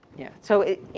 yeah. so it,